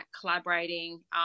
collaborating